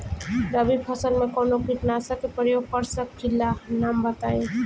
रबी फसल में कवनो कीटनाशक के परयोग कर सकी ला नाम बताईं?